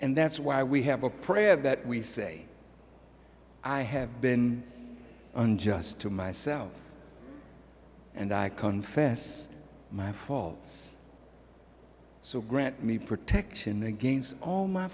and that's why we have a prayer that we say i have been unjust to myself and i confess my faults so grant me protection against all my